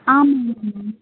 ஆமாம் மேம்